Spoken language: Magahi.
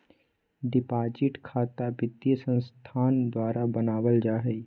डिपाजिट खता वित्तीय संस्थान द्वारा बनावल जा हइ